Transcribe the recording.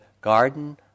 garden